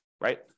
Right